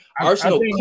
Arsenal